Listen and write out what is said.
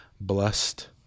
blessed